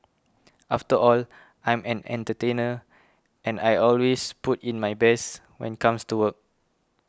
after all I'm an entertainer and I always put in my best when comes to work